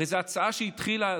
הרי זו הצעה שהתחילה,